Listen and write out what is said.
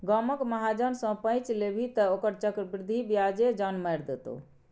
गामक महाजन सँ पैंच लेभी तँ ओकर चक्रवृद्धि ब्याजे जान मारि देतौ